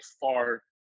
far